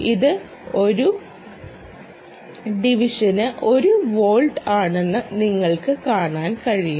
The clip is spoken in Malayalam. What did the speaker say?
ഇത് ഒരു ഡിവിഷന് ഒരു വോൾട്ട് ആണെന്ന് നിങ്ങൾക്ക് കാണാൻ കഴിയും